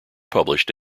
published